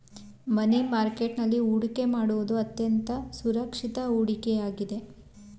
ಮನಿ market ನಲ್ಲಿ ಹೊಡಿಕೆ ಮಾಡುವುದು ಅತ್ಯಂತ ಸುರಕ್ಷಿತ ಹೂಡಿಕೆ ಆಗಿದೆ